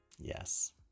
Yes